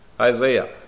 Isaiah